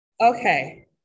Okay